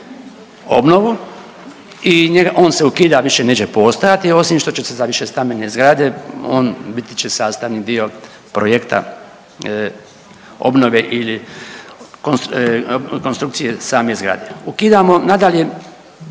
obnovu i on se ukida, više neće postojati, osim što će se za višestambene zgrade, on biti će sastavni dio projekta obnove ili konstrukcije same zgrade. Ukidamo nadalje